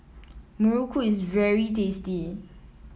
muruku is very tasty